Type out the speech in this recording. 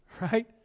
right